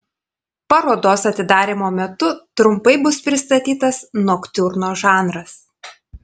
parodos atidarymo metu trumpai bus pristatytas noktiurno žanras